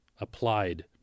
applied